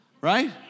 Right